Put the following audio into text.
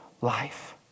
life